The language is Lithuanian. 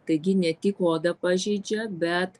taigi ne tik odą pažeidžia bet